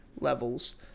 levels